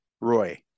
Roy